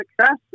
success